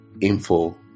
info